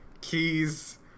keys